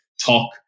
talk